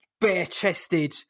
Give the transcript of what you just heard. bare-chested